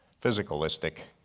physicalistic,